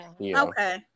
okay